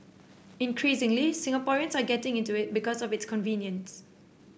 increasingly Singaporeans are getting into it because of its convenience